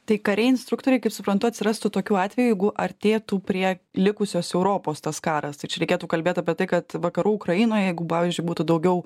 tai kariai instruktoriai kaip suprantu atsirastų tokiu atveju jeigu artėtų prie likusios europos tas karas tai čia reikėtų kalbėt apie tai kad vakarų ukrainoje jeigu pavyzdžiui būtų daugiau